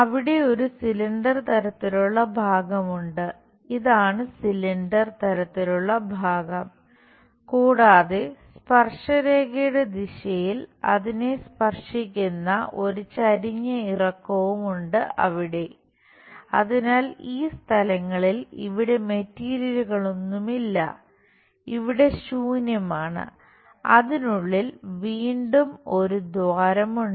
അവിടെ ഒരു സിലിണ്ടർ ഇവിടെ ശൂന്യമാണ് അതിനുള്ളിൽ വീണ്ടും ഒരു ദ്വാരം ഉണ്ട്